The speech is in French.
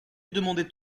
demandait